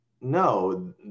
no